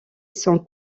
sont